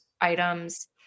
items